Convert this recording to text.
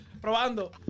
probando